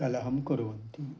कलहः कुर्वन्ति